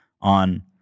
on